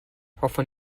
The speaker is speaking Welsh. hoffwn